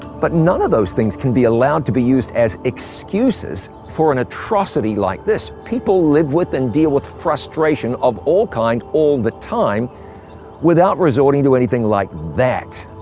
but none of those things can be allowed to be used as excuses for an atrocity like this. people live with and deal with frustration of all kind all the time without resorting to anything like that.